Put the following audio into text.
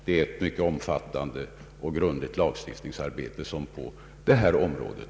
Det är ett mycket omfattande och grundligt lagstiftningsarbete som förestår på området.